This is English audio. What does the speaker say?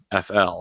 FL